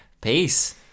Peace